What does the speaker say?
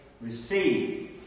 receive